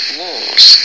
walls